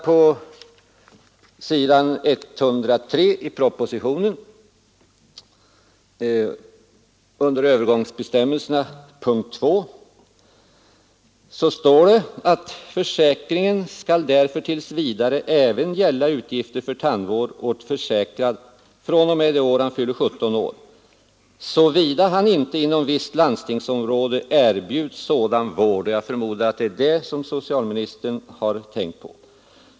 På s. 103 i propositionen under rubriken Övergångsbestämmelserna, punkten 2 står det: ”Försäkringen skall därför tills vidare även gälla utgifter för tandvård åt försäkrad fr.o.m. det år han fyller 17 år såvida han inte inom visst landstingsområde erbjuds sådan vård.” — Jag förmodar att det är detta som socialministern har tänkt på.